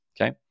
Okay